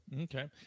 Okay